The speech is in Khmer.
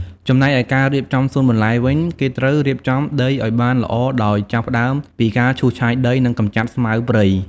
ចំណែកឯការរៀបចំសួនបន្លែវិញ គេត្រូវរៀបចំដីឱ្យបានល្អដោយចាប់ផ្តើមពីការឈូសឆាយដី និងកម្ចាត់ស្មៅព្រៃ។